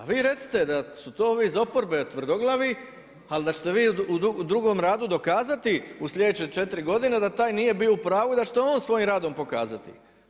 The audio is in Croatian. Vi recite, da su to ovi iz oporbe tvrdoglavi, ali da ćete vi u drugom radu dokazati, u sljedeće 4 g. da taj nije bio u pravu i da će to on svojim radom dokazati.